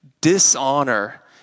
Dishonor